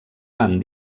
van